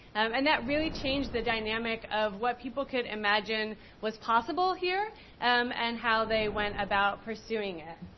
um and that really changed the dynamic of what people could imagine was possible here um and how they went about pursuing it.